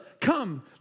come